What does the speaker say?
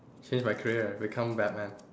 change my career become Batman